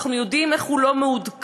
אנחנו יודעים איך הוא לא מעודכן,